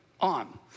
on